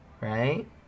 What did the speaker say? right